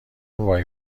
وای